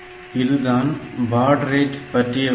இதுதான் baud rate பற்றிய விளக்கம்